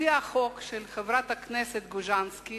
לפי החוק של חברת הכנסת ג'וזנסקי,